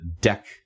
deck